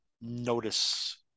notice